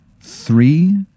three